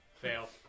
fail